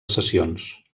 sessions